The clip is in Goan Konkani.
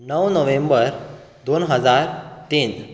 णव नोव्हेंबर दोन हजार तीन